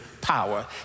power